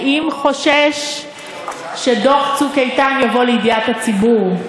האם הוא חושש שדוח "צוק איתן" יובא לידיעת הציבור?